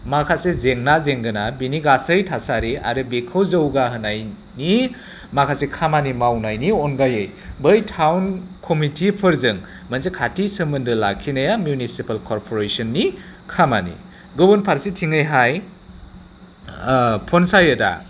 माखासे जेंना जेंगोना बेनि गासै थासारि आरो बेखौ जौगाहोनायनि माखासे खामानि मावनायनि अनगायै बै टाउन कमिटिफोरजों मोनसे खाथि सोमोन्दो लाखिनाया मिउनिसिपाल करप'रेसननि खामानि गुबुन फारसेथिंयैहाय पन्सायतआ